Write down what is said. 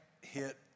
hit